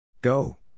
Go